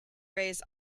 rays